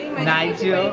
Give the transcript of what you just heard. nigel.